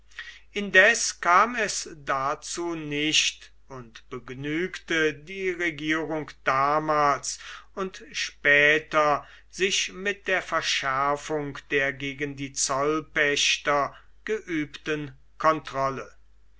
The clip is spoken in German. indes kam es dazu nicht und begnügte die regierung damals und später sich mit der verschärfung der gegen die zollpächter geübten kontrolle